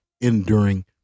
Enduring